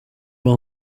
will